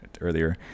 earlier